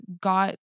got